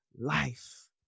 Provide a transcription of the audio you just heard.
life